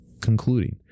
concluding